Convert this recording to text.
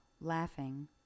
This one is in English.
laughing